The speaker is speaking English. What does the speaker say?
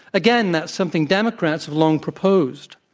again, that's something democrats long proposed.